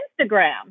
Instagram